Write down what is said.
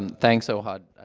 and thanks, ohad. ah,